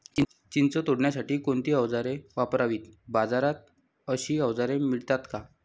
चिंच तोडण्यासाठी कोणती औजारे वापरावीत? बाजारात अशी औजारे मिळतात का?